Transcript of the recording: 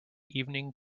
evening